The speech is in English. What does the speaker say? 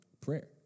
prayer